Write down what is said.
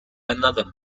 another